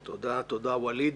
תודה, ווליד.